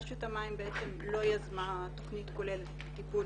רשות המים לא יזמה תוכנית כוללת לטיפול